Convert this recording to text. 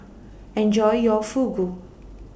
Enjoy your Fugu